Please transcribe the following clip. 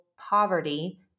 Poverty